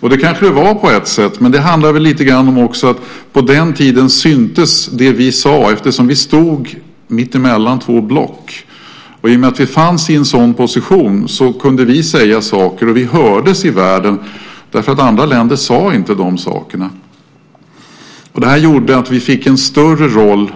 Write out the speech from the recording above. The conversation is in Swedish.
Och det kanske det var på ett sätt. Men det handlar väl också lite grann om att på den tiden märktes det vi sade, eftersom vi stod mittemellan två block. I och med att vi var i en sådan position kunde vi säga saker, och vi hördes i världen därför att andra länder inte sade de sakerna. Det gjorde att det vi sade fick en större roll,